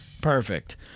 Perfect